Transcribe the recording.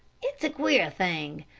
it's a queer thing,